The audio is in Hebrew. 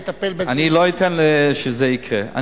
אני לא אתן שזה יקרה.